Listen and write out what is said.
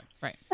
Right